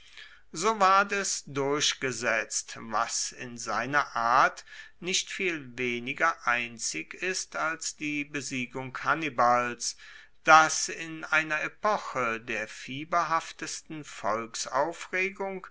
so ward es durchgesetzt was in seiner art nicht viel weniger einzig ist als die besiegung hannibals dass in einer epoche der